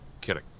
Kidding